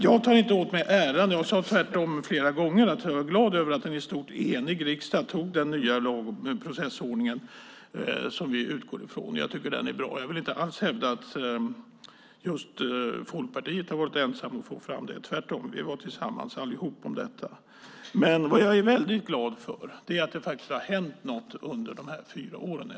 Jag tar inte åt mig äran utan sade tvärtom flera gånger att jag är glad över att en i stort enig riksdag antog den nya lagen om processordningen som vi utgår från. Jag tycker att den är bra och vill inte alls hävda att just Folkpartiet har varit ensamt om att få fram det. Tvärtom var vi tillsammans allihop om detta. Men jag är väldigt glad för att det faktiskt har hänt någonting under de här fyra åren.